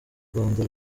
rwanda